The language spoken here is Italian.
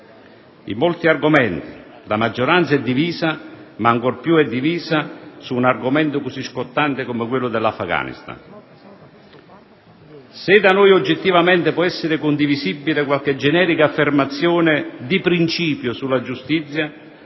In molti argomenti la maggioranza è divisa, ma ancor più è divisa su un argomento così scottante come quello dell'Afghanistan. Se da noi oggettivamente può essere condivisibile qualche generica affermazione di principio sulla giustizia,